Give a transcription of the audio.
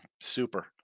Super